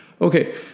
Okay